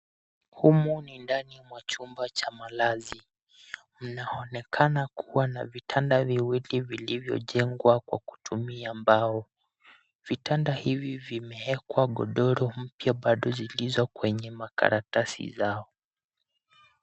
Humu ni ndani mwa chumba cha malazi. Mnaonekana kuwa na vitanda viwili vilivyojengwa kwa kutumia mbao. Vitanda hivi vimeekwa godoro mpya bado zilizokwenye makaratasi zao.